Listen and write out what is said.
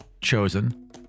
chosen